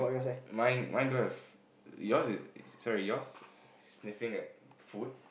mine mine don't have yours is sorry yours sniffing at food